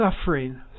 suffering